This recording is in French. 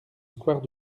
square